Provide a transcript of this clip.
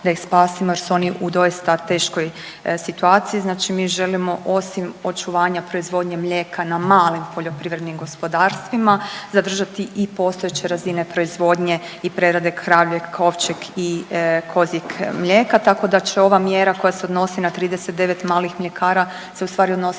da ih spasimo jer su oni u doista teškoj situaciji, znači mi želimo osim očuvanja proizvodnje mlijeka na malim poljoprivrednim gospodarstvima zadržati i postojeće razine proizvodnje i prerade kravljeg, ovčjeg i kozjeg mlijeka tako da će ova mjera koja se odnosi na 39 malih mljekara se ustvari odnosit